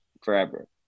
forever